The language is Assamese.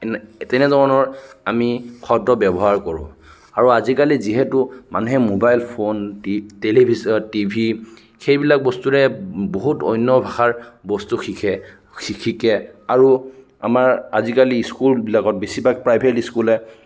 তেনেধৰণৰ আমি শব্দ ব্যৱহাৰ কৰোঁ আৰু আজিকালি যিহেতু মানুহে মোবাইল ফোন টেলিভিশ্যন টিভি সেইবিলাক বস্তুৰে বহুত অন্য ভাষাৰ বস্তু শিকে শিকে আৰু আমাৰ আজিকালি স্কুলবিলাকত বেছিভাগ প্ৰাইভেট স্কুলে